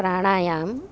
પ્રાણાયામ